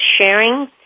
sharing